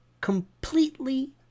completely